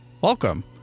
welcome